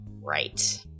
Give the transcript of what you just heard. Right